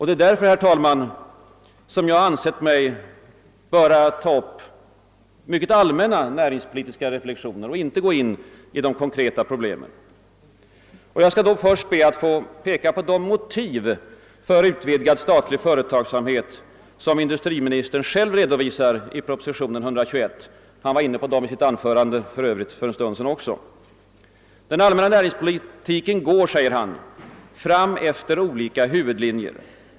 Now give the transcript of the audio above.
Det är därför som jag ansett mig böra ta upp mycket allmänna näringspolitiska reflexioner och inte gå in på de konkreta problemen. Jag skall först be att få peka på de motiv för utvidgad statlig företagsamhet, som industriministern själv redovisar i propositionen nr 121; han var för övrigt också inne på dem i sitt anförande för en stund sedan. Den allmänna näringspolitiken går, framhåller departementschefen, fram efter olika huvudlinjer.